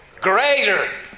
Greater